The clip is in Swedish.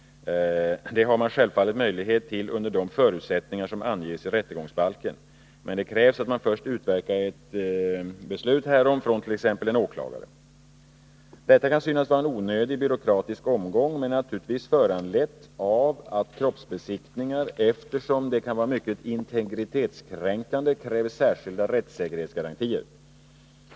Det har man självfallet möjlighet till under de förutsättningar som anges i rättegångsbalken. Men det krävs att man först utverkar ett beslut härom från t.ex. en åklagare. Detta kan synas vara en onödig byråkratisk omgång men är naturligtvis föranlett av att kroppsbesiktningar, eftersom de kan vara mycket integritetskränkande, kräver särskilda rättssäkerhetsgarantier.